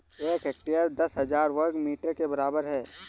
एक हेक्टेयर दस हजार वर्ग मीटर के बराबर है